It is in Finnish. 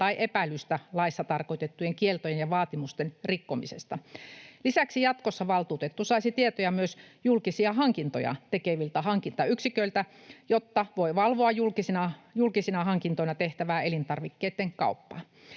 tai epäilystä laissa tarkoitettujen kieltojen ja vaatimusten rikkomisesta. Lisäksi jatkossa valtuutettu saisi tietoja myös julkisia hankintoja tekeviltä hankintayksiköiltä, jotta se voi valvoa julkisina hankintoina tehtävää elintarvikkeitten kauppaa.